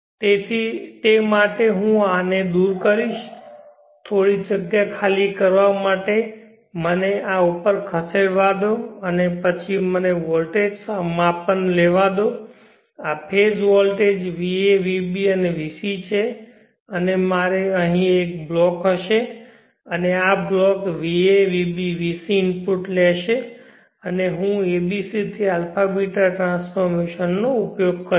તેથી તે માટે હું આને દૂર કરીશ થોડી જગ્યા ખાલી કરવા માટે મને આ ઉપર ખસેડવા દો અને પછી મને વોલ્ટેજ માપન લેવા દો આ ફેઝ વોલ્ટેજ va vb અને vc છે અને મારે અહીં એક બ્લોક હશે અને આ block va vb vc inputs લેશે અને અને હું abc થી αß ટ્રાન્સફોર્મેશન નો ઉપયોગ કરીશ